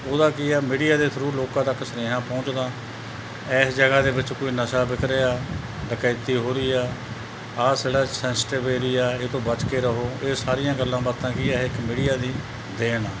ਉਹਦਾ ਕੀ ਆ ਮੀਡੀਆ ਦੇ ਥਰੂ ਲੋਕਾਂ ਤੱਕ ਸੁਨੇਹਾ ਪਹੁੰਚਦਾ ਇਸ ਜਗ੍ਹਾ ਦੇ ਵਿੱਚ ਕੋਈ ਨਸ਼ਾ ਵਿਕ ਰਿਹਾ ਡਕੈਤੀ ਹੋ ਰਹੀ ਆ ਆਹ ਜਿਹੜਾ ਸੈਸੀਟਿਵ ਏਰੀਆ ਇਹ ਤੋਂ ਬਚ ਕੇ ਰਹੋ ਇਹ ਸਾਰੀਆਂ ਗੱਲਾਂ ਬਾਤਾਂ ਕੀ ਆ ਇਹ ਇੱਕ ਮੀਡੀਆ ਦੀ ਦੇਣ ਆ